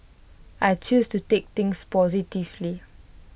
I choose to take things positively